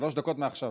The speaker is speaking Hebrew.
שלוש דקות מעכשיו.